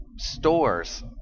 stores